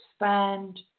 expand